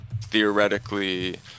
theoretically